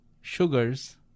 sugars